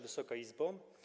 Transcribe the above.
Wysoka Izbo!